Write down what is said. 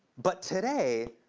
but today,